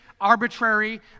arbitrary